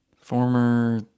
former